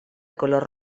color